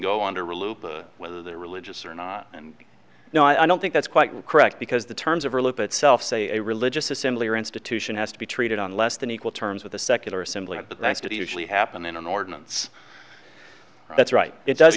go under whether they're religious or not and no i don't think that's quite correct because the terms of her lip itself say a religious assembly or institution has to be treated on less than equal terms with the secular assembly but that's to usually happen in an ordinance that's right it does